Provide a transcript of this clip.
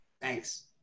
Thanks